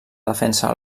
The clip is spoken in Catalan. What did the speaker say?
defensa